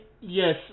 Yes